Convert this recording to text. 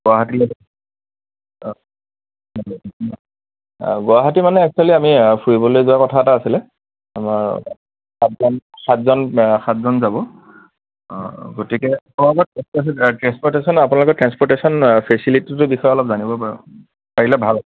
গুৱাহাটীলে গুৱাহাটী মানে এক্সুৱেলি আমি ফুৰিবলৈ যোৱাৰ কথা এটা আছিলে আমাৰ সাতজন ছাতজন সাতজন যাব গতিকে ট্ৰেন্সপৰ্টেচন আপোনালোকৰ ট্ৰেন্সপৰ্টেচন ফেছিলিটীছটো বিষয়ে অলপ জানিব পাৰিলে ভাল হয়